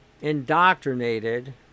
indoctrinated